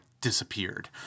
disappeared